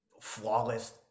flawless